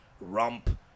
rump